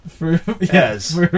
Yes